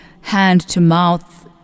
hand-to-mouth